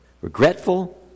regretful